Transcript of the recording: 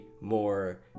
more